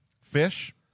fish